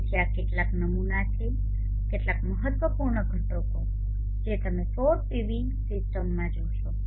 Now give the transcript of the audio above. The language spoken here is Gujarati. તેથી આ કેટલાક નમૂનાઓ છે કેટલાક મહત્વપૂર્ણ ઘટકો જે તમે સૌર પીવી સિસ્ટમોમાં જોશો